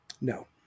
no